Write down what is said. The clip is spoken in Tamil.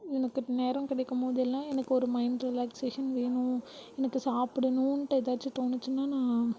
எனக்கு நேரம் கிடைக்கமோதெல்லாம் எனக்கு ஒரு மைண்ட் ரிலாக்சேஷன் வேணும் எனக்கு சாப்பிடணுன்ட்டு ஏதாச்சும் தோணுச்சுனா நான்